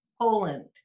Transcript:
Poland